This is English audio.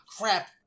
crap